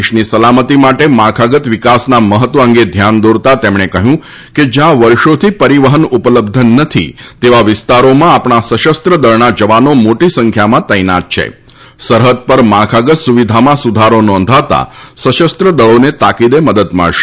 દેશની સલામતી માટે માળખાગત વિકાસના મહત્વ અંગેધ્યાન દોરતાં તેમણેકહ્યું કે જ્યાંવર્ષોથી પરિવહન ઉપલબ્ધનથી તેવા વિસ્તારોમાં આપણા સશસ્ત્ર દળના જવાનો મોટી સંખ્યામાં તૈનાત છે સરહદ પર માળખાગત સુવિધામાં સુધારો નોંધતા સશસ્ત્ર દળોને તાકીદે મદદ મળશે